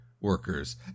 workers